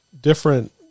different